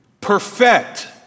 Perfect